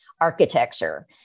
architecture